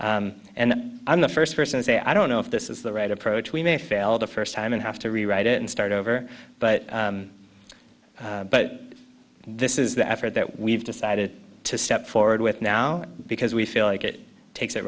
then i'm the first person to say i don't know if this is the right approach we may fail the first time and have to rewrite it and start over but but this is the effort that we've decided to step forward with now because we feel like it takes it